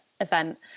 event